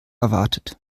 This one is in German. erwartet